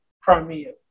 Crimea